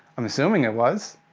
i'm assuming it was.